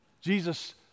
Jesus